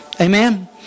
Amen